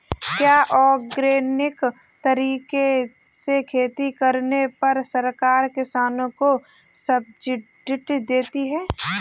क्या ऑर्गेनिक तरीके से खेती करने पर सरकार किसानों को सब्सिडी देती है?